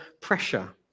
pressure